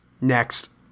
Next